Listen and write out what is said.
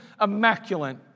immaculate